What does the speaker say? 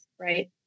Right